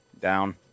Down